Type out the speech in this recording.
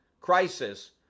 crisis